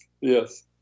yes